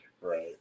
Right